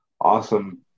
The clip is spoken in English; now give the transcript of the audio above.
awesome